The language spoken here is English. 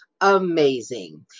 amazing